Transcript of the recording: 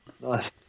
nice